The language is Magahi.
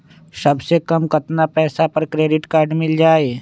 सबसे कम कतना पैसा पर क्रेडिट काड मिल जाई?